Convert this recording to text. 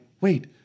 wait